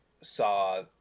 saw